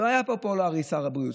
לא היה פופולרי שר הבריאות.